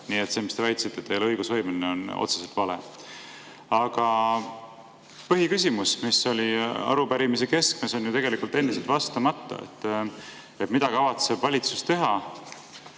Nii et see, mis te väitsite, et ta ei ole õigusvõimeline, on otseselt vale. Aga põhiküsimus, mis oli arupärimise keskmes, on tegelikult endiselt vastamata. Mida kavatseb valitsus teha,